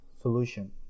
solution